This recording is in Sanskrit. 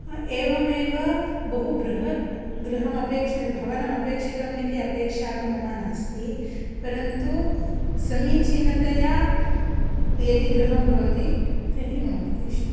एवमेव बहु बृहत् गृहम् अपेक्षि भवनम् अपेक्षितम् इति मम अपेक्षितं तु नास्ति परन्तु समीचीनतया यदि गृहं भवति तर्हि मम कृते इष्टं भवति